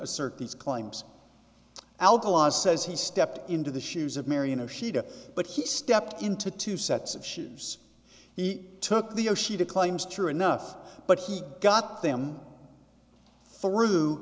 assert these claims alkalis says he stepped into the shoes of mariano shita but he stepped into two sets of shoes he took the oh she declaims true enough but he got them through